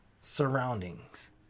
surroundings